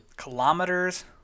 kilometers